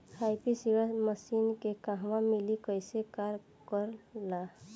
Happy seeder machine के कहवा मिली कैसे कार कर ला?